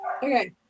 Okay